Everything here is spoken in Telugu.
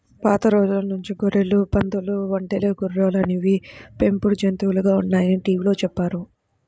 పాత రోజుల నుంచి గొర్రెలు, పందులు, ఒంటెలు, గుర్రాలు అనేవి పెంపుడు జంతువులుగా ఉన్నాయని టీవీలో చెప్పారు